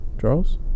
Charles